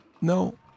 no